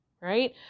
right